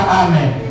amen